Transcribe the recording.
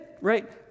right